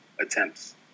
attempts